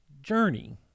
Journey